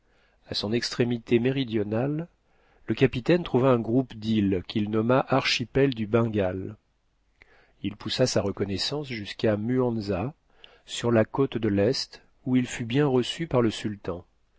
à son extrémité méridionale le capitaine trouva un groupe d'îles qu'il nomma archipel du bengale il poussa sa reconnaissance jusqu'à muanza sur la côte de l'est où il fut bien reçu par le sultan